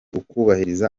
ukubahiriza